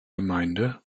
gemeinde